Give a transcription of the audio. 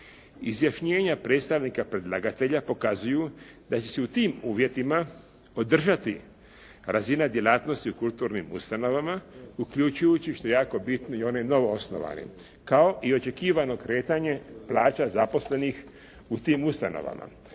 Izjašnjenja predstavnika predlagatelja pokazuju da će se u tim uvjetima održati razina djelatnosti u kulturnim ustanovama uključujući, što je jako bitno, i one novoosnovane kao i očekivano kretanje plaća zaposlenih u tim ustanovama,